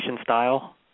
style